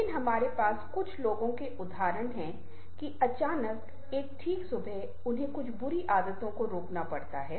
लेकिन हमारे पास कुछ लोगों के उदाहरण हैं कि अचानक एक ठीक सुबह उन्हें कुछ बुरी आदतों को रोकना पड़ता है